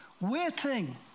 waiting